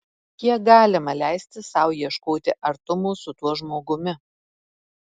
kiek galima leisti sau ieškoti artumo su tuo žmogumi